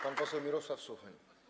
Pan poseł Mirosław Suchoń.